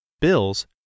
bills